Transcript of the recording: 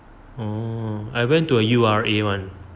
orh I went to U_R_A one